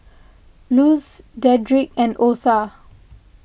Luz Dedric and Otha